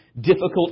difficult